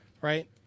Right